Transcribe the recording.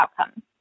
outcomes